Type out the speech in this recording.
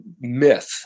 myth